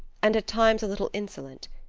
and at times a little insolent.